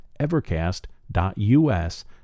Evercast.us